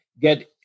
get